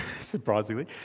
surprisingly